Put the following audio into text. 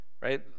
right